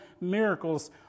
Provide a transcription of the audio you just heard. miracles